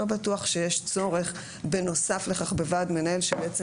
לא בטוח שיש צורך בנוסף לכך בוועד מנהל שבעצם